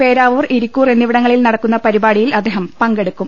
പേരാവൂർ ഇരിക്കൂർ എന്നിവിടങ്ങളിൽ നട ക്കുന്ന പരിപാടിയിൽ അദ്ദേഹം പങ്കെടുക്കും